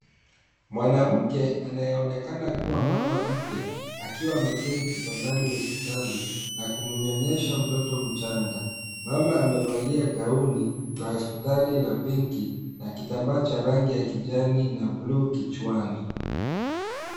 Mwanamke anayeonekana kuwa mama mpya akiwa ameketi kitandani hospitali na kumnyonyesha mtoto mchanga. Mama amevalia gauni la hospitali la pinki na kitambaa cha rangi ya kijani na buluu kichwani.